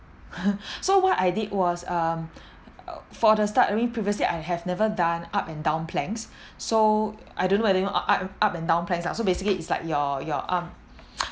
so what I did was um for the start I mean previously I have never done up and down planks so I don't even know what up and down planks are so basically it's like your your arm